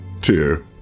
two